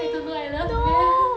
I don't know I love math